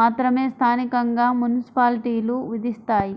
మాత్రమే స్థానికంగా మున్సిపాలిటీలు విధిస్తాయి